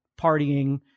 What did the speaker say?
partying